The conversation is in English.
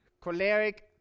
choleric